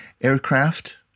aircraft